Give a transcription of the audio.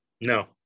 No